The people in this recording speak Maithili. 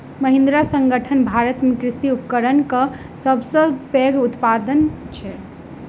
महिंद्रा संगठन भारत में कृषि उपकरणक सब सॅ पैघ उत्पादक अछि